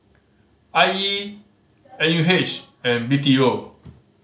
I E N U H and B T O